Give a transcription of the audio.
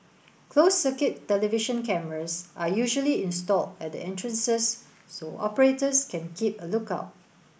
closed circuit television cameras are usually installed at the entrances so operators can keep a look out